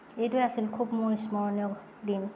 এইটোৱে আছিল খুব মোৰ স্মৰণীয় দিন